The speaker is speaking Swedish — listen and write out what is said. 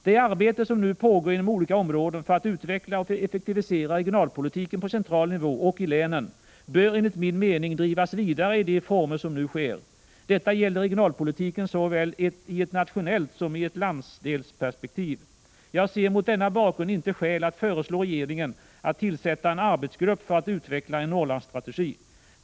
Det arbete som nu pågår inom olika områden för att utveckla och effektivisera regionalpolitiken på central nivå och i länen bör — enligt min mening — drivas vidare i de former som det nu sker. Detta gäller regionalpolitiken såväl i ett nationellt som i ett landsdelsperspektiv. Jag ser mot denna bakgrund inte skäl att föreslå regeringen att tillsätta en arbetsgrupp för att utveckla en ”Norrlandsstrategi”.